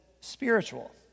spiritual